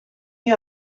you